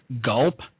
gulp